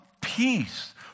peace